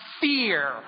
fear